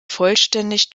vollständig